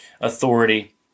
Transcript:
authority